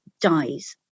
dies